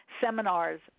seminars